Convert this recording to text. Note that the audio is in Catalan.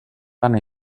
tant